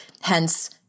hence